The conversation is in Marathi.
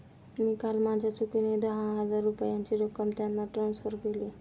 मी काल माझ्या चुकीने दहा हजार रुपयांची रक्कम त्यांना ट्रान्सफर केली